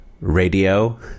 radio